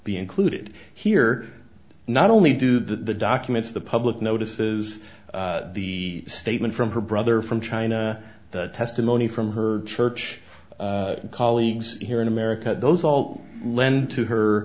be included here not only do the documents the public notices the statement from her brother from china the testimony from her church colleagues here in america those all lend to her